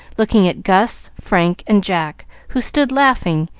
looking at gus, frank, and jack, who stood laughing,